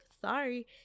sorry